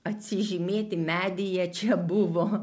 atsižymėti medyje čia buvo